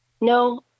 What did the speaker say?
no